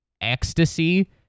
ecstasy